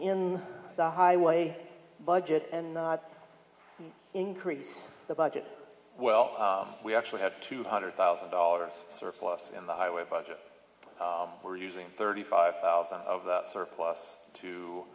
in the highway budget and not increase the budget well we actually had two hundred thousand dollars surplus in the highway budget we're using thirty five thousand of that surplus to